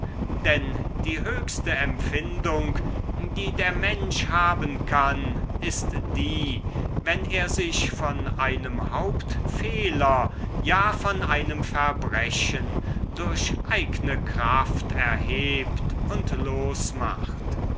denn die höchste empfindung die der mensch haben kann ist die wenn er sich von einem hauptfehler ja von einem verbrechen durch eigne kraft erhebt und losmacht